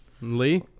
Lee